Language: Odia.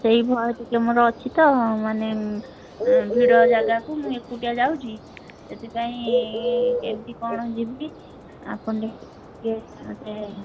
ସେଇ ଭୟ ଟିକେ ମୋର ଅଛି ତ ମାନେ ଭିଡ଼ ଜାଗାକୁ ମୁଁ ଏକୁଟିଆ ଯାଉଛି ସେଥିପାଇଁ କେମିତି କ'ଣ ଯିବି ଆପଣ ଟିକେ ମୋତେ